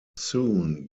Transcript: soon